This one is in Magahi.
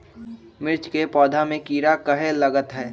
मिर्च के पौधा में किरा कहे लगतहै?